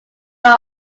far